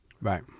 Right